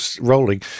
rolling